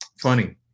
Funny